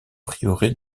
prieuré